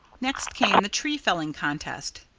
next came the tree-felling contest.